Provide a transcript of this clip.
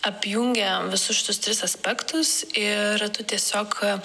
apjungia visus šitus tris aspektus ir tu tiesiog